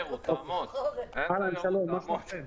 בסגר הראשון הוצע לנו לערוך חתונות בעשרות אלפי שקלים,